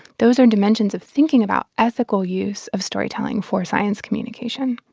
those are dimensions of thinking about ethical use of storytelling for science communication.